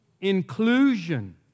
inclusion